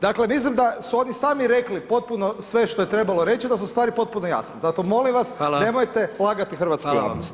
Dakle, mislim da su oni sami rekli potpuno sve što je trebalo reći, da su stvari potpuno jasne, zato molim vas [[Upadica: Hvala.]] nemojte lagati hrvatsku javnost.